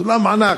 סולם ענק,